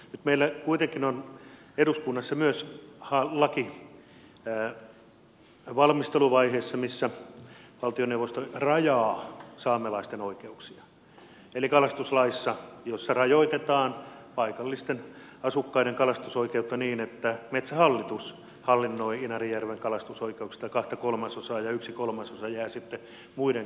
nyt meillä kuitenkin on eduskunnassa valmisteluvaiheessa myös laki missä valtioneuvosto rajaa saamelaisten oikeuksia eli kalastuslaki jossa rajoitetaan paikallisten asukkaiden kalastusoikeutta niin että metsähallitus hallinnoi inarinjärven kalastusoikeuksista kahta kolmasosaa ja yksi kolmasosa jää sitten muiden käyttöön